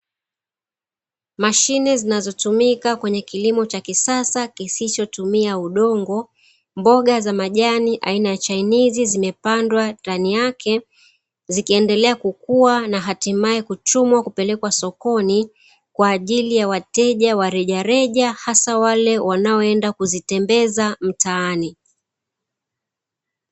Mashine zinazotumika kwenye kilimo cha kisasa kisichotumia udongo, mboga za majani aina ya chainizi zimepandwa ndani yake zikiendelea kukua na hatimaye kuchumwa kupelekwa sokoni kwa ajili ya wateja wa rejareja hasa wale wanaoenda kuzitembeza mtaani.